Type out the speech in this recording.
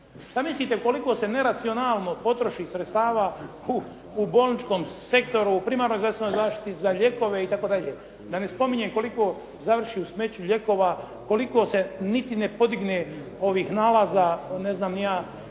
Šta mislite u koliko se neracionalno potroši sredstava u bolničkom sektoru, u primarnoj zdravstvenoj zaštiti, za lijekove itd., da ne spominjem koliko završi u smeću lijekova, koliko se niti ne podigne ovih nalaza, ne znam ni ja